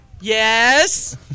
Yes